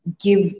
give